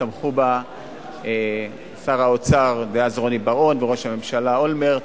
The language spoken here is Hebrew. שתמכו בה שר האוצר דאז רוני בר-און וראש הממשלה אולמרט,